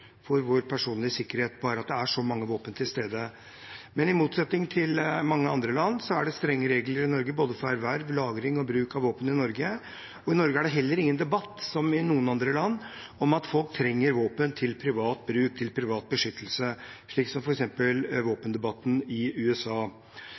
for vår personlige sikkerhet – bare at det er så mange våpen til stede. Men i motsetning til i mange andre land er det strenge regler for både erverv, lagring og bruk av våpen i Norge. I Norge er det heller ingen debatt, som i noen andre land, om at folk trenger våpen til privat bruk, til privat beskyttelse, slik som